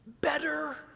Better